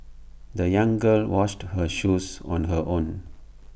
the young girl washed her shoes on her own